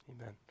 Amen